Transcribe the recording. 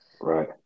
Right